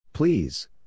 Please